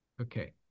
Okay